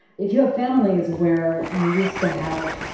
if your family is where you used to have,